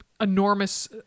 enormous